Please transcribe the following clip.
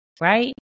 right